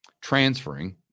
transferring